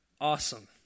Awesome